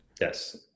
Yes